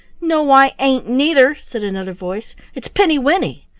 no i ain't, neither, said another voice. it's pinny-winny.